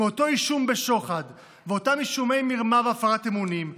מאותו אישום בשוחד ואותם אישומי מרמה והפרת אמונים?